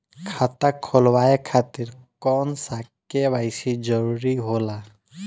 खाता खोलवाये खातिर कौन सा के.वाइ.सी जरूरी होला?